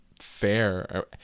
fair